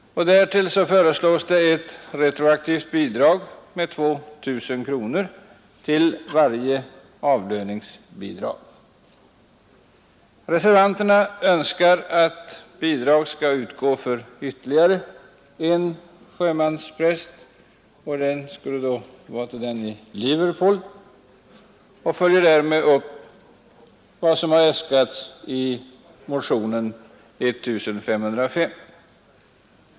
Därtill föreslås ett retroaktivt tillägg på 2 000 kronor till varje avlöningsbidrag. Reservanterna önskar att bidrag skall utgå för ytterligare en sjömanspräst, nämligen i Liverpool, och följer därmed upp vad som har äskats i motionen 1505.